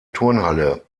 turnhalle